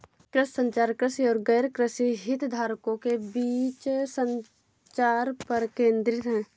कृषि संचार, कृषि और गैरकृषि हितधारकों के बीच संचार पर केंद्रित है